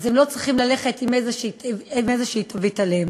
הם לא צריכים ללכת עם איזו תווית עליהם.